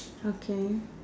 okay